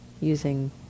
using